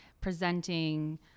presenting